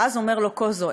ואז אומר לו קוזו,